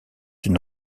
une